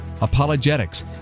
Apologetics